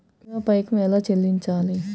భీమా పైకం ఎలా చెల్లించాలి?